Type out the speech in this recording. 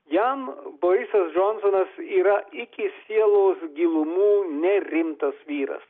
jam borisas džonsonas yra iki sielos gilumų nerimtas vyras